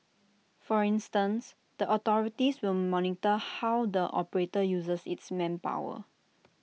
for instance the authorities will monitor how the operator uses its manpower